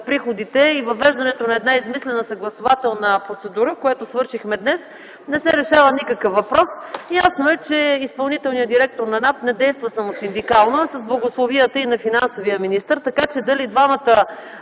приходите и въвеждането на една измислена съгласувателна процедура, която свършихме днес, не се решава никакъв въпрос. Ясно е, че изпълнителният директор на НАП не е действал самосиндикално, а с благословията и на финансовия министър, така че дали двамата